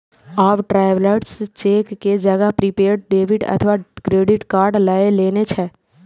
आब travellers cheque के जगह प्रीपेड डेबिट अथवा क्रेडिट कार्ड लए लेने छै